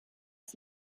ist